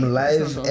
live